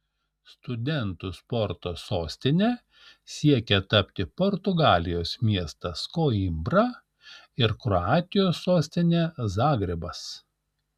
studentų sporto sostine siekia tapti portugalijos miestas koimbra ir kroatijos sostinė zagrebas